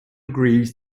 agrees